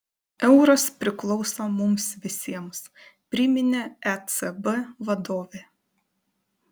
euras priklauso mums visiems priminė ecb vadovė